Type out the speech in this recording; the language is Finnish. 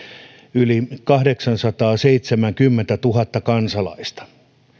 yli kahdeksansataaseitsemänkymmentätuhatta kansalaista niin